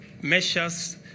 measures